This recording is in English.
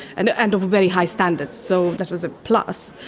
and and of a very high standard, so that was a plus.